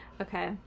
Okay